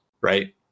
right